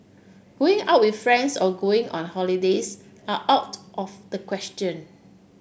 going out with friends or going on holidays are out of the question